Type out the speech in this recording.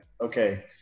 okay